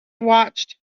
watched